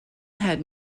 had